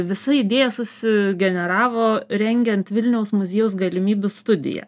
visa idėja susigeneravo rengiant vilniaus muziejaus galimybių studiją